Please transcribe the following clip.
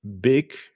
big